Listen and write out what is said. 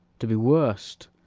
to be worst,